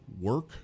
work